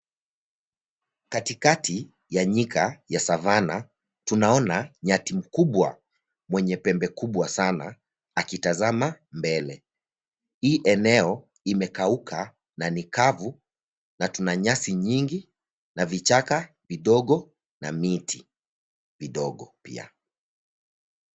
Katikati ya nyika ya savana tunaona nyati mkubwa mwenye pembe kubwa sana akitazama mbele. Hii eneo imekauka na ni kavu na tuna nyasi nyingi na vichaka vidogo na miti midogo pia.